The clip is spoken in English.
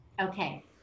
Okay